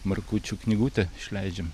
markučių knygutę išleidžiam